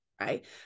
Right